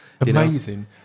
amazing